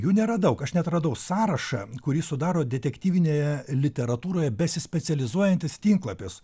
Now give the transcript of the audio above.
jų neradau aš neatradau sąrašą kurį sudaro detektyvinėj literatūroje besispecializuojantis tinklapis